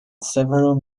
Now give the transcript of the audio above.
several